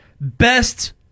best